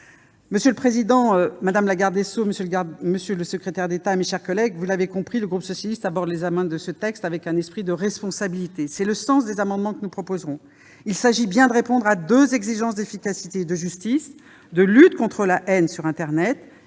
Monsieur le président, madame la garde des sceaux, monsieur le secrétaire d'État, mes chers collègues, le groupe socialiste aborde l'examen de ce texte avec un esprit de responsabilité. C'est le sens des amendements que nous proposerons : il s'agit bien de répondre aux deux exigences d'efficacité et de justice, à travers une lutte contre la haine sur internet